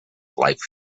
life